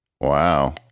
Wow